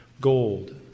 gold